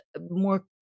more